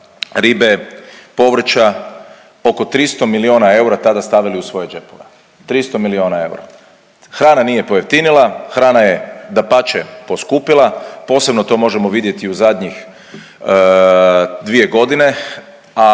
ribe, povrća oko 300 miliona eura tada stavili u svoje džepove, 300 miliona eura. Hrana nije pojeftinila, hrana je dapače poskupila. Posebno to možemo vidjeti u zadnjih 2 godine,